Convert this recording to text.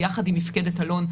ביחד עם מפקדת אלון,